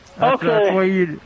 Okay